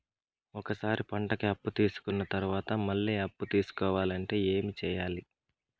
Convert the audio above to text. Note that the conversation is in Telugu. ఒక సారి పంటకి అప్పు తీసుకున్న తర్వాత మళ్ళీ అప్పు తీసుకోవాలంటే ఏమి చేయాలి?